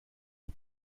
aux